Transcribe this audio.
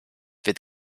wird